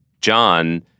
John